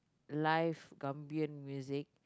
live Gambian music